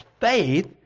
faith